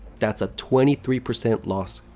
that's a twenty three percent loss.